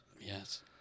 Yes